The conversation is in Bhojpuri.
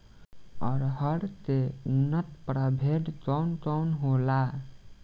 अरहर के उन्नत प्रभेद कौन कौनहोला?